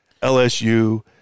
LSU